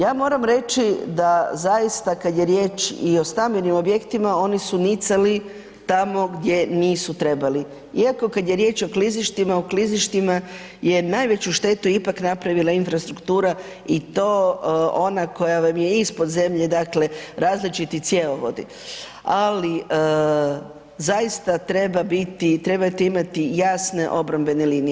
Ja moram reći da zaista kad je riječ i o stambenim objektima oni su nicali tamo gdje nisu trebali, iako kada je riječ o klizištima, o klizištima je najveću štetu ipak napravila infrastruktura i to ona koja vam je ispod zemlje, dakle različiti cjevovodi, ali zaista treba biti, trebate imati jasne obrambene linije.